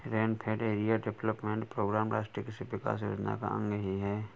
rainfed area development programme राष्ट्रीय कृषि विकास योजना का अंग ही है